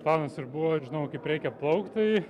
planas ir buvo ir žinojau kaip reikia plaukt tai